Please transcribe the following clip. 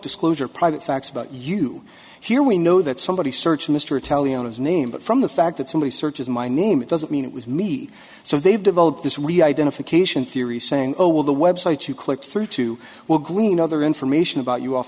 disclosure private facts about you here we know that somebody search mr tele on his name but from the fact that somebody searches my name it doesn't mean it was me so they've developed this re identification theory saying oh well the web site you click through to will glean other information about you off